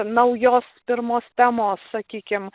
naujos pirmos temos sakykim